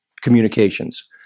communications